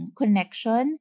connection